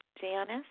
Janice